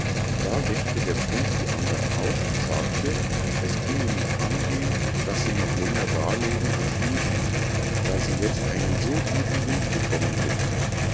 da weckte der prinz die andern auf und sagte es könne nicht angehen daß sie noch länger da lägen und schliefen da sie jetzt einen so guten wind bekommen hätten